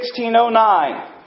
1609